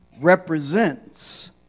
represents